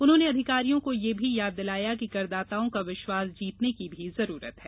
उन्होंने अधिकारियों को यह भी याद दिलाया कि करदाताओं का विश्वास जीतने की भी जरूरत है